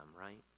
right